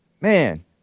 Man